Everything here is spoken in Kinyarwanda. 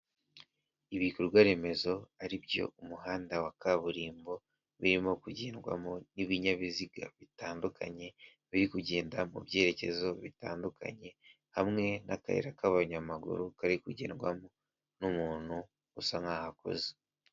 Ibikorwa remezo ari byo umuhanda wa kaburimbo birimo kugendwamo n'ibinyabiziga bitandukanye, biri kugenda mu byerekezo bitandukanye, hamwe n'akayira k'abanyamaguru kari kugendwamo n'umuntu usa nk'aho akuze.